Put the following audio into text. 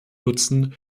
nutzen